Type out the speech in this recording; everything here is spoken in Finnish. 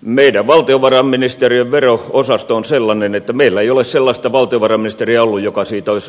meidän valtiovarainministeriön vero osasto on sellainen että meillä ei ole sellaista valtiovarainministeriä ollut joka siitä olisi niskalenkkiä saanut